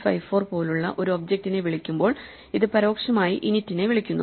54 പോലുള്ള ഒരു ഒബ്ജക്റ്റിനെ വിളിക്കുമ്പോൾ ഇത് പരോക്ഷമായി init നെ വിളിക്കുന്നു